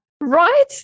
Right